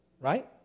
right